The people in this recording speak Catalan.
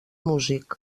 músic